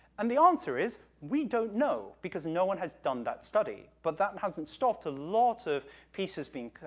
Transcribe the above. and the answer is we don't know, because no one has done that study, but that and hasn't stopped a lot of pieces being